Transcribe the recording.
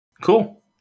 Cool